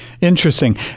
Interesting